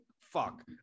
fuck